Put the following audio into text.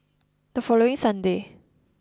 the following sunday